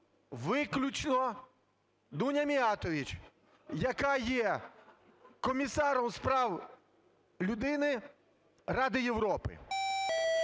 виключно Дуня Міятович, яка є Комісаром з прав людини Ради Європи.